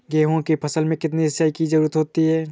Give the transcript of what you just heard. गेहूँ की फसल में कितनी सिंचाई की जरूरत होती है?